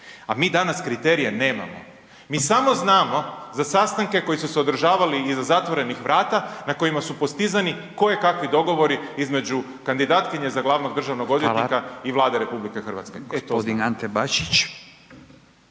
a mi danas kriterija nemamo. Mi samo znamo za sastanke koji se održali iza zatvorenih vrata, na kojima su postizani kojekakvi dogovori između kandidatkinje za glavnog državnog odvjetnika .../Upadica: Hvala./...